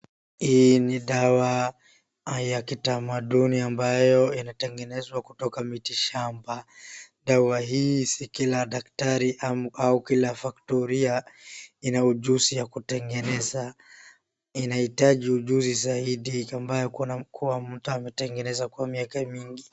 Hii ni dawa ya kitamaduni ambayo inatengenezwa kutoka mitishamba, dawa hii si kila daktari au kila faktoria ina ujuzi wa kutengeneza, inahitaji ujuzi zaidi ambaye kuna kua mtu ambaye ametengeneza kwa miaka mingi.